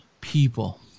people